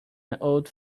old